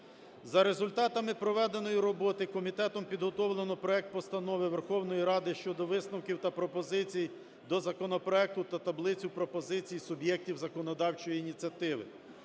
За результатами проведеної роботи комітетом підготовлено проект Постанови Верховної Ради щодо висновків та пропозицій до законопроекту та таблицю пропозицій суб'єктів законодавчої ініціативи.